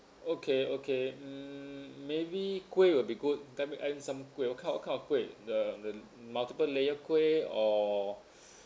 okay okay hmm maybe kueh will be good let me add some kueh what kind what kind of kueh the the multiple layer kueh or